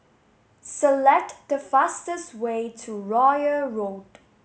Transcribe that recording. select the fastest way to Royal Road